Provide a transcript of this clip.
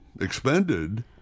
expended